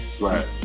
right